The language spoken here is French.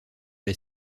les